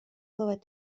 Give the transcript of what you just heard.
glywed